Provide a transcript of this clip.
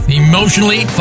emotionally